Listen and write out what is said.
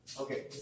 Okay